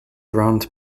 around